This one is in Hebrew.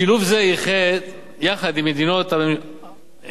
שילוב זה, יחד עם מדיניות הממשלה,